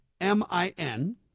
M-I-N